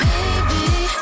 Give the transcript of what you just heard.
Baby